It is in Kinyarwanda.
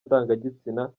ndangagitsina